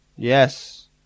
Yes